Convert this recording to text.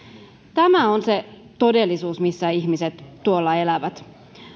tämä on se todellisuus missä ihmiset tuolla elävät